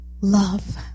Love